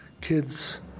kids